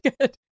Good